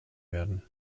werden